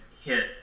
hit